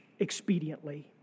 expediently